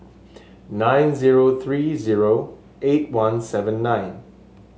nine zero three zero eight one seven nine